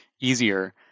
easier